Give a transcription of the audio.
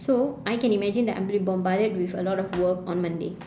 so I can imagine that I'll be bombarded with a lot work on monday